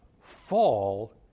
fall